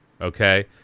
Okay